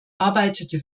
arbeitete